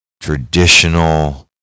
traditional